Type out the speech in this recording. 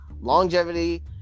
longevity